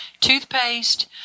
Toothpaste